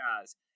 guys